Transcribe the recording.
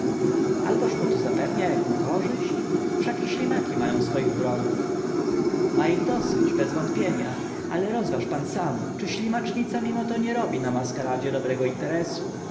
to zapewnia jaką korzyść wszak i ślimaki mają swoich wrogów ma ich dosyć bezwątpienia ale rozważ pan sam czy ślimacznica mimo to nie robi na maskaradzie dobrego interesu